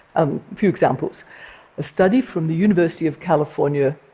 a few examples a study from the university of california,